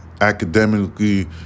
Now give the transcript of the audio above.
academically